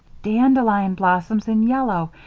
dandelion blossoms in yellow,